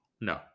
No